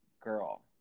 girl